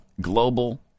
Global